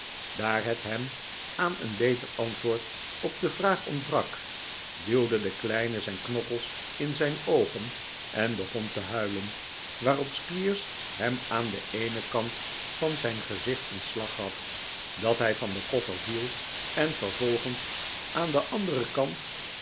daar het hem aan een beter antwoord op de vraag ontbrak duwde de kleine zijn knokkels in zijn oogen en begon te huilen waarop squeers hem aan den eenen kant van zijn gezicht een slag gaf dat hij van den koffer viel en vervolgens aan den anderen kant